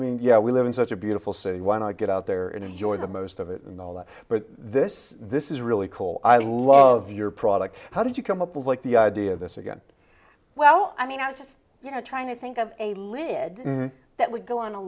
know we live in such a beautiful city why not get out there and enjoy the most of it and all that but this this is really cool i love your product how did you come up with like the idea of this again well i mean i was just you know trying to think of a lid that would go on a